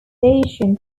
dacian